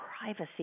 privacy